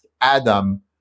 Adam